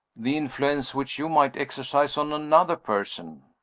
the influence which you might exercise on another person.